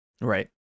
Right